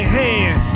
hand